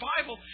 Bible